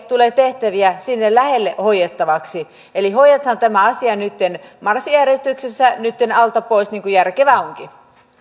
tulee tehtäviä hoidettavaksi hoidetaan tämä asia nytten marssijärjestyksessä alta pois niin kuin järkevää onkin